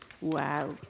Wow